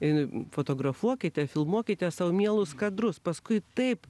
ir fotografuokite filmuokite sau mielus kadrus paskui taip